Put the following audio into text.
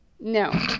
No